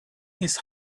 his